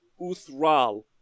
Uthral